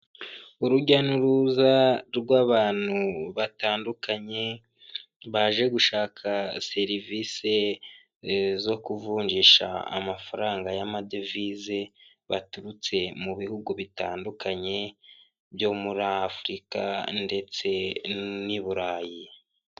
Urujya n'uruza rw'abantu batandukanye baje gushaka serivise zo kuvunjisha amafaranga y'amadevize baturutse mu bihugu bitandukanye byo muri Afurika ndetse n'Iburayi.